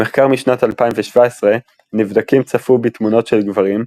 במחקר משנת 2017 נבדקים צפו בתמונות של גברים,